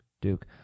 Duke